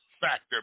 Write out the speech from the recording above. factor